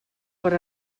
per